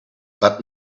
but